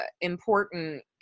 important